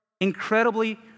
incredibly